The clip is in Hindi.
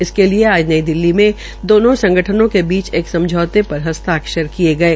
इसके लिये आज नई दिलली में दोनों संगठनों के बीच एक समझौते पर हस्ताक्षर किये गये